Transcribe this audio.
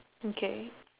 okay